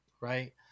Right